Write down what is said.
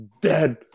Dead